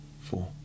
four